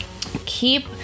Keep